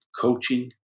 coaching